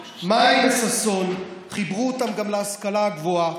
מים בששון, חיברו אותם גם להשכלה הגבוהה.